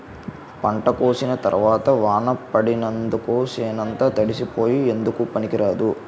పంట కోసిన తరవాత వాన పడిందనుకో సేనంతా తడిసిపోయి ఎందుకూ పనికిరాదు